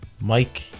Mike